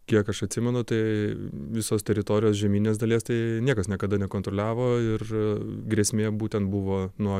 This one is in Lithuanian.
kiek aš atsimenu tai visos teritorijos žemyninės dalies tai niekas niekada nekontroliavo ir grėsmė būtent buvo nuo